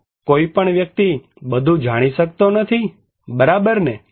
તો કોઈપણ વ્યક્તિ બધું જાણી શકતો નથી બરાબરને